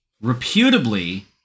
reputably